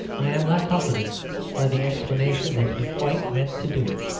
i am not comforted by the explanation that he quite meant to do it.